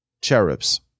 cherubs